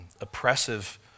oppressive